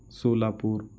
Solapur